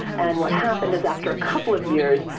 and what happened is after a couple of years,